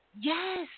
Yes